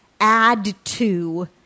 add-to